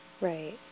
Right